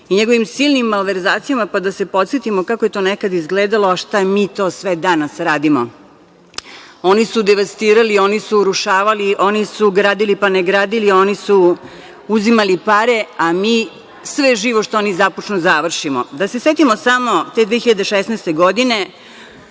i njegovim silnim malverzacijama, pa da se podsetimo kako je to nekada izgledalo, a šta mi to sve danas radimo. Oni su devastirali, oni su urušavali, oni su gradili, pa ne gradili, oni su uzimali pare, a mi sve živo što oni započnu, završimo. Da se setimo te 2016. godine,